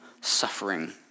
suffering